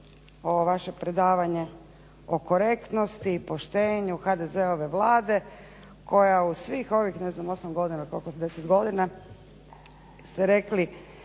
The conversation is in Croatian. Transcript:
ovo vaše predavanje o korektnosti i poštenju HDZ-ove Vlade koja u svih ovih 8 godina, 10 godina, ste rekli